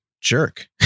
jerk